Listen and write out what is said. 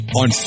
on